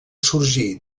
sorgir